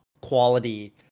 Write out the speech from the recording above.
quality